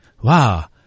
wow